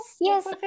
Yes